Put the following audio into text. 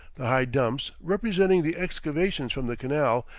the high dumps, representing the excavations from the canal,